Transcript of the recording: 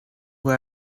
who